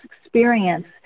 experience